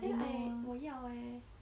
then I 我要 eh